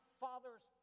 father's